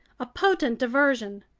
a potent diversion,